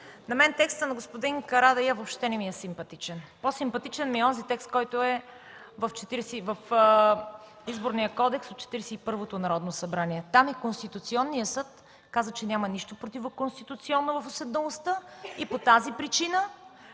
на мен текстът на господин Карадайъ въобще не ми е симпатичен. По-симпатичен ми е онзи текст, който е в Изборния кодекс от Четиридесет и първото Народно събрание. Там и Конституционният съд каза, че няма нищо противоконституционно в уседналостта и по тази причина